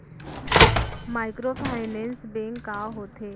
Microfinance bank का होथे?